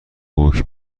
خوک